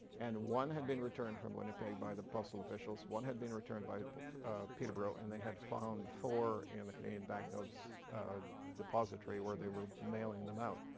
and one had been returned from winnipeg by the postal officials, one had been returned by but peterborough and they had found four in the canadian banknotes depository where they were mailing them out.